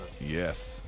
Yes